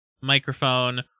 microphone